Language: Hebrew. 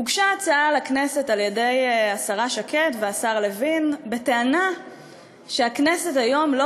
הוגשה הצעה לכנסת על-ידי השרה שקד והשר לוין בטענה שהכנסת היום לא